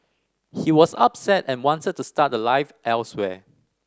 he was upset and wanted to start a life elsewhere